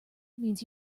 means